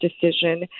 decision